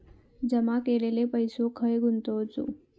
जमा केलेलो पैसो खय गुंतवायचो?